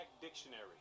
Dictionary